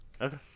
Okay